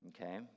okay